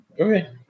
okay